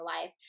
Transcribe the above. life